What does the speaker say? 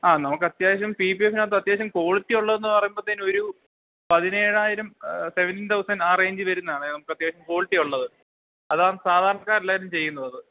ആ നമുക്ക് അത്യാവശ്യം സ പിപിഎഷനകത്ത് അത്യാവശ്യം ക്വാളിറ്റി ഉള്ളത്െന്ന് പറയുമ്പോത്തേതിനൊ ഒരു പതിനേഴായിരം സെവൻീൻ തൗസൻഡ് ആ റേഞ്ച് വരുന്നാണ് നമുക്ക് അത്യാവശ്യം ക്വാളിറ്റി ഉള്ളത് അതാണ് സാധാരണക്കാരർല്ലായാരും ചെയ്യുന്നത്